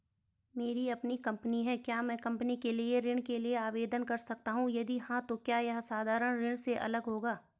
मेरी अपनी कंपनी है क्या मैं कंपनी के लिए ऋण के लिए आवेदन कर सकता हूँ यदि हाँ तो क्या यह साधारण ऋण से अलग होगा?